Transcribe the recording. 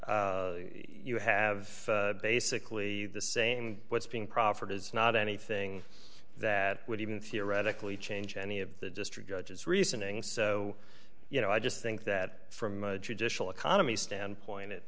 later you have basically the same what's being proffered is not anything that would even theoretically change any of the district judge's reasoning so you know i just think that from a judicial economy standpoint it